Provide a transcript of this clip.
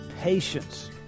patience